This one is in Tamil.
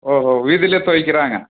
ஓஹோ வீதிலேயே துவைக்கிறாங்க